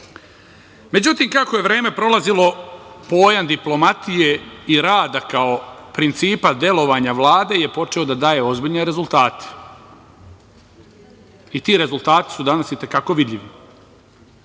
Međutim kako je vreme prolazilo, pojam diplomatije i rada kao principa delovanja Vlade je počeo da daje ozbiljne rezultate i ti rezultati su danas i te kako vidljivi.